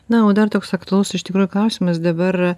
na o dar toks aktualus iš tikrųjų klausimas dabar